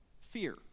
fear